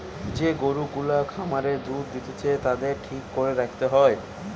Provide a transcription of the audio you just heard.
যে গরু গুলা খামারে দুধ দিতেছে তাদের ঠিক করে রাখতে হয়